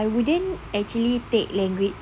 I wouldn't actually take language